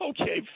okay